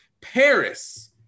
Paris